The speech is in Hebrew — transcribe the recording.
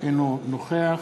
אינו נוכח